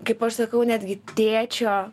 kaip aš sakau netgi tėčio